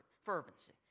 fervency